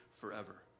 forever